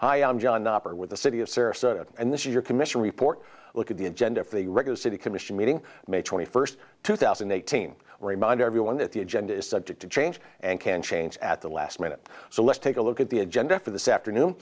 am john with the city of sarasota and this is your commission report look at the agenda for the regular city commission meeting may twenty first two thousand and eighteen remind everyone that the agenda is subject to change and can change at the last minute so let's take a look at the agenda for this afternoon